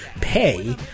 pay